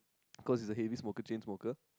cause he's a heavy smoker chain smoker